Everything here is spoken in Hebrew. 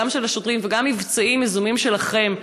גם של השוטרים וגם במבצעים יזומים שלכם,